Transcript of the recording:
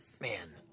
man